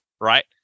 right